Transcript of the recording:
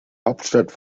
hauptstadt